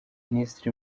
minisitiri